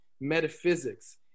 metaphysics